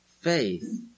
Faith